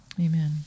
Amen